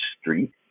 street